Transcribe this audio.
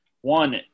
One –